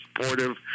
supportive